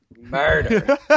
murder